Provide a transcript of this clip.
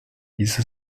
diese